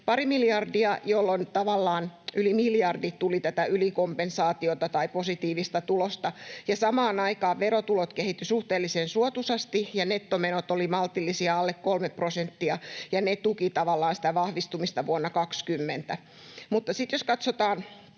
pari miljardia, jolloin tavallaan yli miljardi tuli tätä ylikompensaatiota tai positiivista tulosta. Samaan aikaan verotulot kehittyivät suhteellisen suotuisasti ja nettomenot olivat maltillisia, alle 3 prosenttia, ja ne tukivat tavallaan sitä vahvistumista vuonna 20. Sitten jos katsotaan